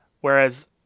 Whereas